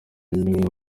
niwe